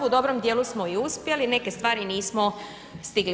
U dobrom dijelu smo i uspjeli, neke stvari i nismo stigli.